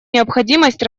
необходимость